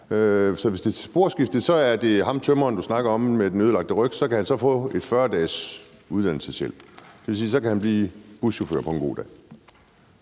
ord jo betyder noget – at ham tømreren, du snakker om, med den ødelagte ryg så kan få 40 dages uddannelseshjælp, og det vil sige, at han kan blive buschauffør på en god dag.